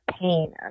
pain